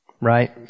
right